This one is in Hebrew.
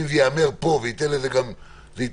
אם זה ייאמר פה ויהיה לזה גם פרסום,